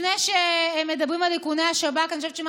לפני שמדברים על איכוני השב"כ אני חושבת שמה